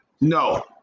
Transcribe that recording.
No